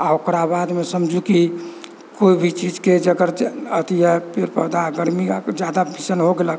आ ओकरा बादमे समझु कि कोइ भी चीजके जेकर अथि है पेड़ पौधा गर्मी जादा जैसन हो गेलक